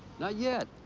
not yet.